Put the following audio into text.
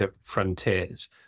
frontiers